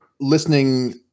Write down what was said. listening